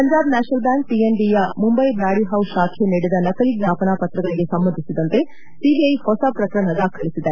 Punjab national bank ಪಿಎನ್ಬಿಯ ಮುಂದ್ಲೆ Brady house ಶಾಖೆ ನೀಡಿದ ನಕಲಿ ಜ್ವಾಪನಾ ಪತ್ರಗಳಿಗೆ ಸಂಬಂಧಿಸಿದಂತೆ ಸಿಬಿಐ ಹೊಸ ಪ್ರಕರಣ ದಾಖಲಿಸಿದೆ